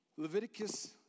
Leviticus